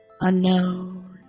unknown